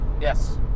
Yes